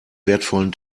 wertvollen